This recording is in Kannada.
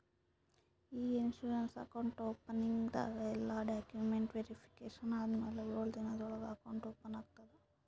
ಇ ಇನ್ಸೂರೆನ್ಸ್ ಅಕೌಂಟ್ ಓಪನಿಂಗ್ದು ಎಲ್ಲಾ ಡಾಕ್ಯುಮೆಂಟ್ಸ್ ವೇರಿಫಿಕೇಷನ್ ಆದಮ್ಯಾಲ ಎಳು ದಿನದ ಒಳಗ ಅಕೌಂಟ್ ಓಪನ್ ಆಗ್ತದ